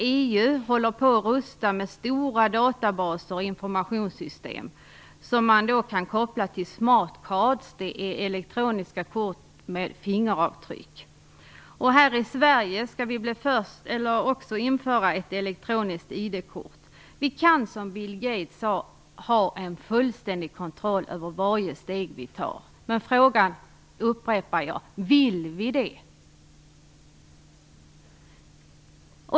EU rustar med stora databaser och informationssystem som kan kopplas till smart cards, elektroniska kort med fingeravtryck. Här i Sverige skall vi införa ett elektroniskt ID-kort. Vi kan, som Bill Gates sade, ha fullständig kontroll över varje steg som tas. Men - jag upprepar alltså den frågan - vill vi det?